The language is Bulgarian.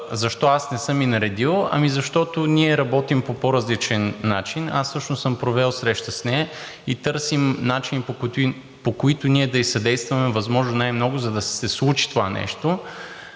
защо аз не съм ѝ наредил. Ами, защото ние работим по по-различен начин. Аз всъщност съм провел среща с нея и търсим начини, по които ние да ѝ съдействаме възможно най-много, за да се случи това нещо.